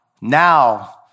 now